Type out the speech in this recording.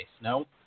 no